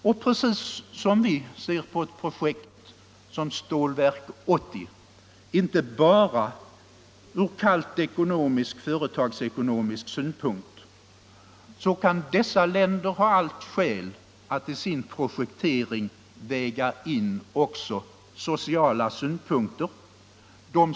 Och precis som vi ser på ett projekt som Stålverk 80 inte bara ur kallt företagsekonomisk synpunkt kan dessa länder: ha allt skäl att i sin projektering väga in också sociala synpunkter.